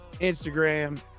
Instagram